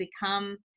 become